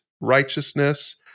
righteousness